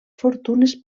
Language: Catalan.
fortunes